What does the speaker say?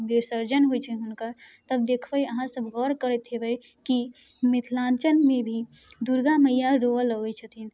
विसर्जन होइ छै हुनकर तब देखबै अहाँसब गौर करैत हेबै कि मिथिलाञ्चलमे भी दुर्गा मइआ रोअल अबै छथिन